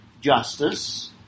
justice